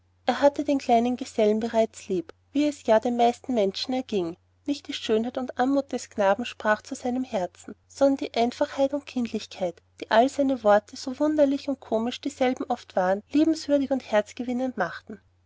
er hatte den kleinen gesellen bereits lieb wie es ja den meisten menschen erging nicht die schönheit und anmut des knaben sprach zu seinem herzen sondern die einfachheit und kindlichkeit die all seine worte so wunderlich und komisch dieselben oft waren liebenswürdig und herzgewinnend machten